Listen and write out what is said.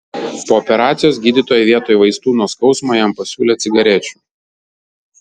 po operacijos gydytojai vietoj vaistų nuo skausmo jam pasiūlė cigarečių